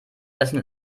essen